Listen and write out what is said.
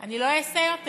אני לא אעשה יותר.